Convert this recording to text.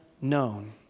known